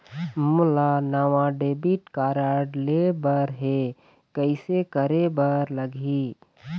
मोला नावा debit card लेबर हे, कइसे करे बर लगही?